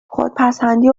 خودپسندی